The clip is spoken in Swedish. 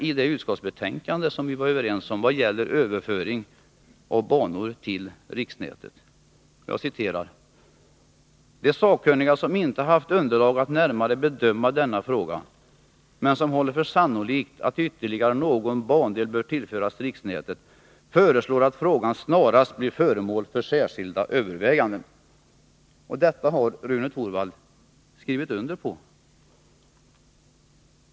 I det betänkande som vi var överens om när det gäller överföring av banor till riksnätet står det: ”De sakkunniga som inte haft underlag att närmare bedöma denna fråga men som håller för sannolikt att ytterligare någon bandel bör tillföras riksnätet föreslår att frågan snarast blir föremål för särskilda överväganden.” Detta har Rune Torwald skrivit under på.